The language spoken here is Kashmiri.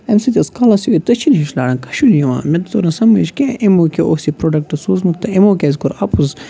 اَمہِ سۭتۍ ٲس کَلَس یِہٕے تٔچھِن ہِش لاران کَشُن یِوان مےٚ توٚر نہٕ سَمٕجھ کینٛہہ یِمو کیٛاہ اوس یہِ پرٛوڈَکٹ سوٗزمُت تہٕ یِمو کیٛازِ کوٚر اَپُز